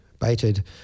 baited